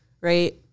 right